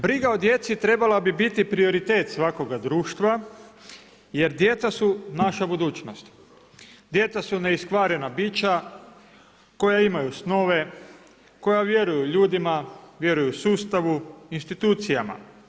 Briga o djeci trebala bi biti prioritet svakoga društva, jer djeca su naša budućnost, djeca su neiskvarena bića, koja imaju snove, koja vjeruju ljudima, vjeruju sustavu, institucijama.